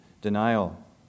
denial